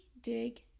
dig